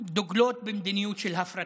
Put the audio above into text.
דוגלות במדיניות של הפרטה,